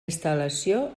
instal·lació